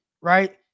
right